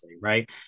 right